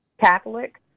Catholic